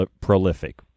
prolific